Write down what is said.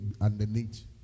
underneath